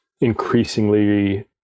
increasingly